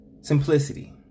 simplicity